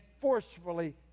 forcefully